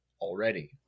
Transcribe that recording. already